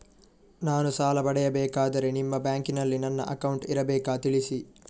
ನಾನು ಸಾಲ ಪಡೆಯಬೇಕಾದರೆ ನಿಮ್ಮ ಬ್ಯಾಂಕಿನಲ್ಲಿ ನನ್ನ ಅಕೌಂಟ್ ಇರಬೇಕಾ ತಿಳಿಸಿ?